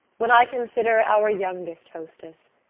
when i consider our youngest hostess,